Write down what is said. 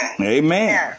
Amen